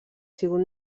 sigut